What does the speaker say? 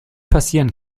passieren